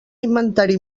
inventari